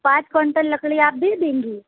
پانچ کوئنٹل لکڑی آپ دے دیں گی